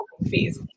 fees